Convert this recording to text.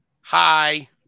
Hi